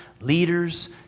leaders